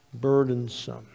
burdensome